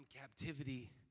captivity